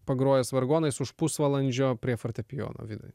pagrojęs vargonais už pusvalandžio prie fortepijono vidai